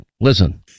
Listen